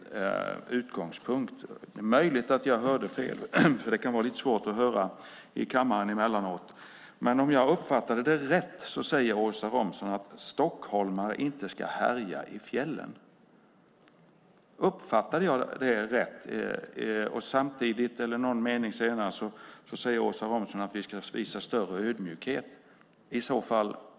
Det är möjligt att jag hörde fel, för det kan vara lite svårt att höra i kammaren emellanåt, men om jag uppfattade Åsa Romson rätt sade hon att stockholmare inte ska härja i fjällen. Uppfattade jag dig rätt? Någon mening senare säger Åsa Romson att vi ska visa större ödmjukhet.